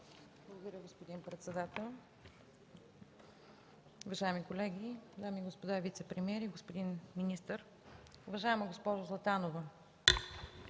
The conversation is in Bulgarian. Благодаря, господин председател. Уважаеми колеги, дами и господа вицепремиери, господин министър! Уважаема госпожо Златанова,